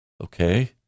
Okay